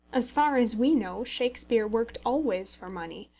as far as we know, shakespeare worked always for money,